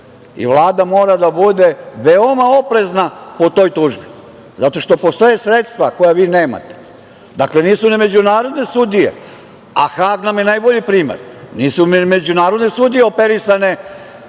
I Vlada mora da bude veoma oprezna po toj tužbi, zato što postoje sredstva koja vi nemate. Dakle, nisu ni međunarodne sudije, a Hag nam je najbolji primer, operisane